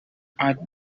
add